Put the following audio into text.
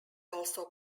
also